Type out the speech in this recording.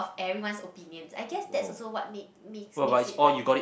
everyone's opinion I guess that's also what make make makes it like